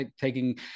taking